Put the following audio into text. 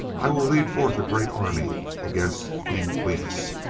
i will lead forth a great army against king quimus.